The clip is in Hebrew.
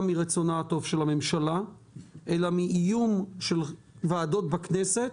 מרצונה הטוב של הממשלה אלא מאיום של ועדות בכנסת